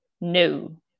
no